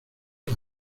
año